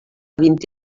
vint